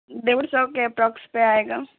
ڈیڑھ سو کے اپروکس پہ آئے گا